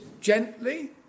gently